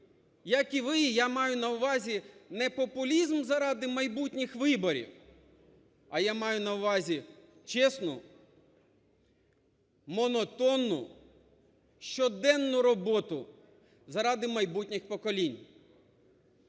як і ви, я маю на увазі не популізм заради майбутніх виборів, а я маю на увазі чесну, монотонну, щоденну роботу заради майбутніх поколінь.